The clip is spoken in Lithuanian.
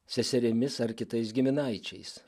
seserimis ar kitais giminaičiais